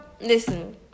listen